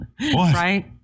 right